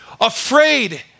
afraid